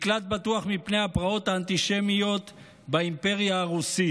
מקלט בטוח מפני הפרעות האנטישמיות באימפריה הרוסית,